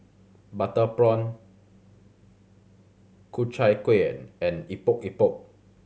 butter prawn Ku Chai Kuih and Epok Epok